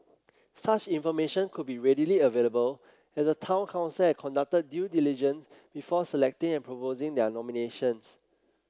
such information could be readily available if the Town Council had conducted due diligence before selecting and proposing their nominations